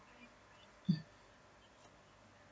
mm